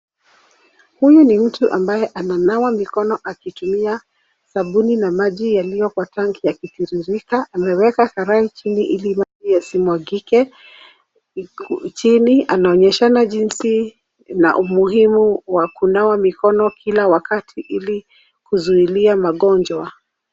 Huyu ni mtu ambaye ananawa mikono akitumia sabuni na maji yaliyo kwa tanki yanatiririka. Ameweka karai ili maji yasimwagike chini .Anaonyesha jinsi na umuhimu wa kunawa mikono kila wakati ili kuzuilia magonjwa.